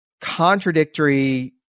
contradictory